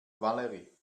valerie